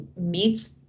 meets